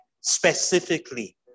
specifically